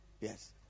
yes